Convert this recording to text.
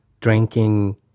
drinking